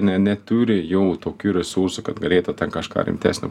ne neturi jau tokių resursų kad galėtų ten kažką rimtesnio